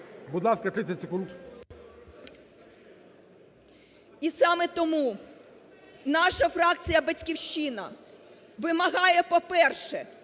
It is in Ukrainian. І саме тому наша фракція "Батьківщина" вимагає, по-перше,